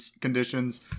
conditions